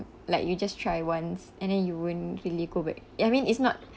like you just try once and then you won't really go back it I mean it's not